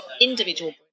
individual